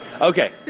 Okay